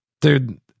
dude